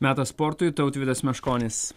metas sportui tautvydas meškonis